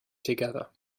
together